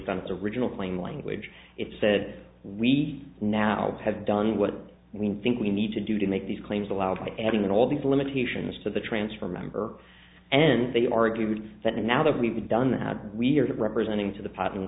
the original plain language it said we now have done what we think we need to do to make these claims allowed by adding in all these limitations to the transfer member and the argument that now that we've done our weird representing to the patent